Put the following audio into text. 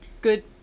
good